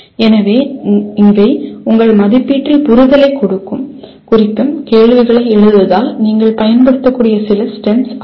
எனவே இவை உங்கள் மதிப்பீட்டில் புரிதலைக் குறிக்கும் கேள்விகளை எழுதுவதில் நீங்கள் பயன்படுத்தக்கூடிய சில ஸ்டெம்ஸ் ஆகும்